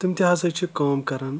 تِم تہِ ہَسا چھِ کٲم کَرَان